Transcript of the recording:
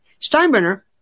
Steinbrenner